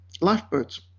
lifeboats